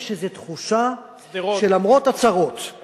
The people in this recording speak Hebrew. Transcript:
יש איזו תחושה, שלמרות הצרות, שדרות.